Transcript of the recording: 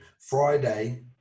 Friday